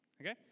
Okay